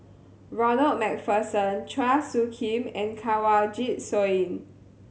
Ronald Macpherson Chua Soo Khim and Kanwaljit Soin